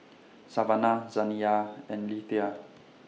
Savanna Zaniyah and Lethia